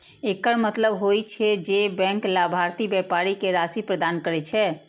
एकर मतलब होइ छै, जे बैंक लाभार्थी व्यापारी कें राशि प्रदान करै छै